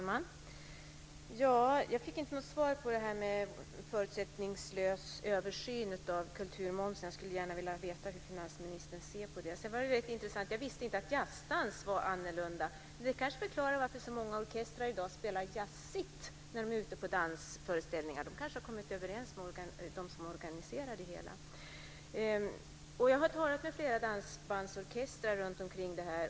Fru talman! Jag fick inte något svar på frågan om en förutsättningslös översyn av kulturmomsen. Jag skulle gärna vilja veta hur finansministern ser på den frågan. Jag visste vidare inte att jazzband behandlas annorlunda, men det var intressant. Det förklarar kanske varför så många orkestrar i dag spelar jazzigt ute på danstillställningar. De har kanske kommit överens om det med dem som organiserar tillställningarna. Jag har i samband med detta talat med flera dansbandsorkestrar.